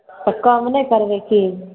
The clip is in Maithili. तऽ कम नहि करबै की